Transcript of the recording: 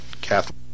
Catholic